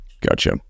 Gotcha